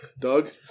Doug